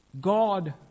God